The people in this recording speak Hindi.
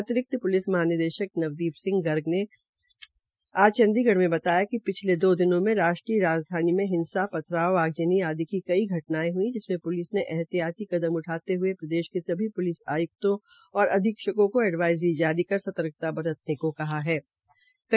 अतिरिक्त प्लिस महानिदेशक नवदीप सिंह विर्कने आज चंडीगढ़ में बताया कि पिछले दो दिनों में राष्ट्रीय राजधानी में हिंसा पथराव आगजनी आदि की कई घटनायें हुई जिससे प्लिस ने एहतियाती कदम उठाते हुये प्रदेश के सभी प्लिस आयुक्तों व अधीक्षकों को एडवाइजरी जारी कर सर्तकता बरतने तथा एहतियाती उपाय करने को कहा है